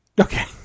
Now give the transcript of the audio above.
Okay